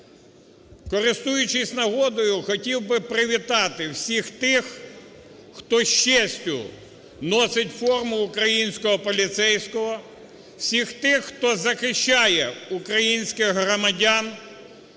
Користуючись нагодою, хотів би привітати всіх тих, хто з честю носить форму українського поліцейського, всіх тих, хто захищає українських громадян